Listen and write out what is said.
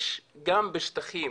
יש גם בשטחים